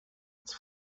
its